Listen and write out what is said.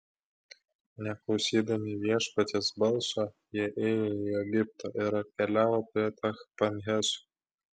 neklausydami viešpaties balso jie ėjo į egiptą ir atkeliavo prie tachpanheso